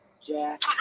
Jack